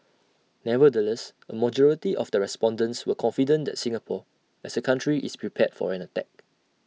nevertheless A majority of the respondents were confident that Singapore as A country is prepared for an attack